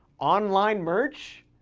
online merch?